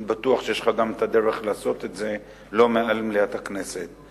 אני בטוח שיש לך גם דרך לעשות את זה לא במליאת הכנסת.